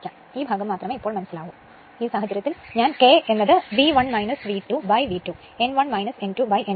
ഈ ഭാഗം മാത്രമേ ഈ ഭാഗം ഇവിടെ മനസ്സിലാക്കാവൂ ആശയക്കുഴപ്പം ഉണ്ടാകരുത്